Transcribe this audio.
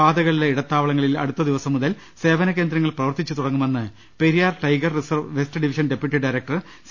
പാതകളിലെ ഇടത്താവളങ്ങളിൽ അടുത്ത ദിവസം മുതൽ സേവന കേന്ദ്രങ്ങൾ പ്രവർത്തിച്ചു തുടങ്ങുമെന്ന് Periyar tiger reserve west division deputy director C